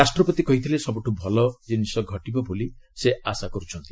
ରାଷ୍ଟ୍ରପତି କହିଥିଲେ ସବ୍ରଠ ଭଲ ଜିନିଷ ଘଟିବ ବୋଲି ସେ ଆଶା କରୁଛନ୍ତି